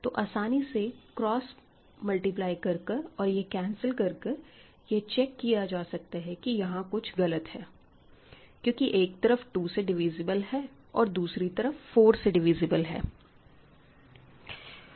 तो आसानी से क्रॉस मल्टीप्लाई कर कर और यह कैंसिल कर कर यह चेक किया जा सकता है यहां कुछ गलत है क्योंकि एक तरफ 2 से डिविजिबल है और दूसरी तरफ 4 से डिविजिबल है